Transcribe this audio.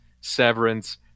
severance